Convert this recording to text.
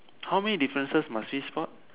how many differences must we spot